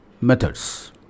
methods